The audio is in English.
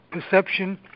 perception